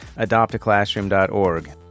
AdoptAClassroom.org